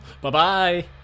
Bye-bye